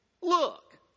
look